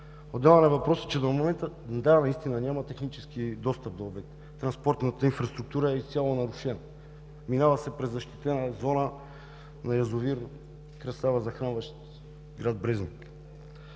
Отделен е въпросът, че няма технически достъп до обекта. Транспортната инфраструктура е изцяло нарушена. Минава се през защитената зона на яз. „Красава“, захранващ град Брезник.